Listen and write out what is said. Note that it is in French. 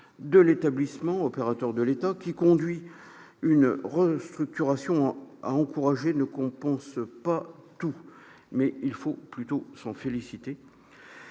de l'établissement, opérateur de l'État, qui conduit une restructuration à encourager ne compensent pas tout, mais il faut plutôt s'en féliciter.